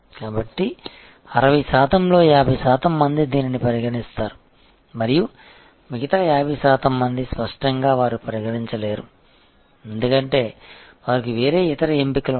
కాబట్టి 60 శాతం లో 50 శాతం మంది దీనిని పరిగణిస్తారు మరియు మిగతా 50 శాతం మంది స్పష్టంగా వారు పరిగణించలేరు ఎందుకంటే వారికి వేరే ఇతర ఎంపికలు ఉన్నాయి